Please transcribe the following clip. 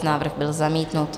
Návrh byl zamítnut.